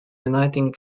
uniting